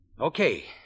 Okay